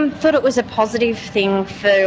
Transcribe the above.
and thought it was a positive thing for